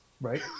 Right